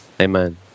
Amen